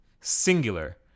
singular